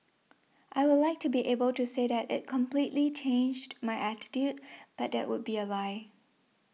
I would like to be able to say that it completely changed my attitude but that would be a lie